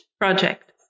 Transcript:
project